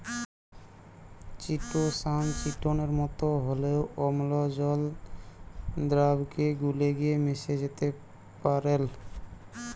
chitosan চিটোনের মতো হলেও অম্লজল দ্রাবকে গুলে গিয়ে মিশে যেতে পারেল